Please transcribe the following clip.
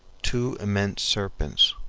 two immense serpents.